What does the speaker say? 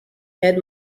head